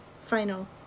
final